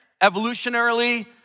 evolutionarily